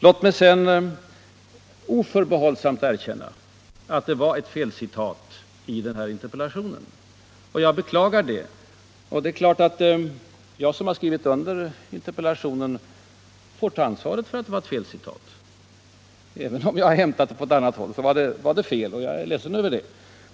Låt mig sedan oförbehållsamt erkänna att det var ett felcitat i interpellationen, och jag beklagar det. Det är klart att jag, som skrivit under interpellationen, får ta ansvaret för detta, även om jag hämtat citatet från annat håll. Det var fel, och jag är ledsen över det.